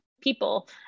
people